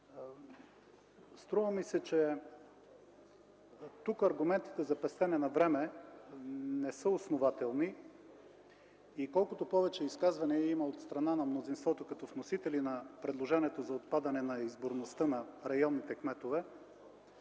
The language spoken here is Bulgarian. Струва ми се, че тук аргументите за пестене на време не са основателни и колкото повече изказвания има от страна на мнозинството като вносители на предложението за отпадане на изборността на районните кметове,